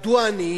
מדוע אני?